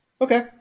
Okay